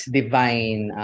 divine